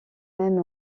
même